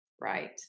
Right